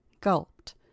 gulped